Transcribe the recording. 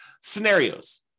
scenarios